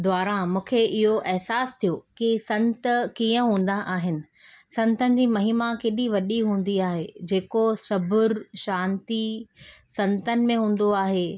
द्वारां मूंखे इहो अहसासु थियो की संत कीअं हूंदा आहिनि संतनि जी महिमा केॾी वॾी हूंदी आहे जेको सब्रु शांती संतनि में हूंदो आहे